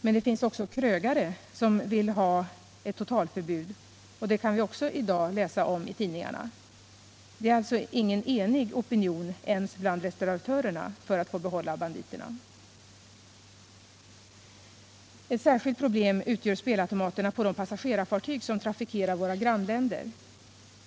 Men det finns även krögare som vill ha ett totalförbud, och det kan vi också i dag läsa om i tidningarna. Det är alltså ingen enig opinion ens bland restauratörerna för att få behålla banditerna. Ett särskilt problem utgör spelautomaterna på de passagerarfartyg som trafikerar våra grannländer.